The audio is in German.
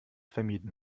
vermieden